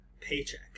paycheck